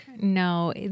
No